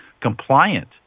compliant